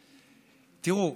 תראו,